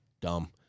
dumb